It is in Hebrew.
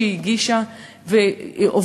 שהיא הגישה והובילה,